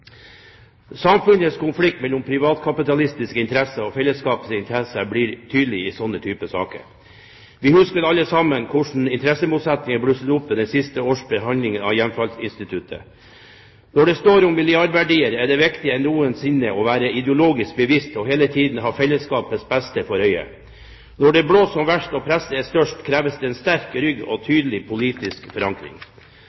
Samfunnets konflikt mellom privatkapitalistiske interesser og fellesskapets interesser blir tydelig i slike saker. Vi husker alle sammen hvordan interessemotsetninger har blusset opp ved de siste års behandling av hjemfallsinstituttet. Når det står om milliardverdier, er det viktigere enn noensinne å være ideologisk bevisst og hele tiden ha fellesskapets beste for øye. Når det blåser som verst og presset er størst, kreves det en sterk rygg og